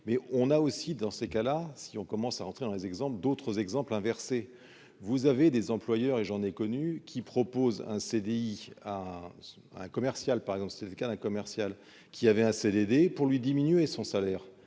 mais on a aussi, dans ces cas-là, si on commence à rentrer dans les exemples d'autres exemples inversé, vous avez des employeurs, et j'en ai connu qui propose un CDI à un commercial par exemple, c'est le cas d'un commercial qui avait un CDD pour lui diminuer son salaire